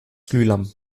glühlampen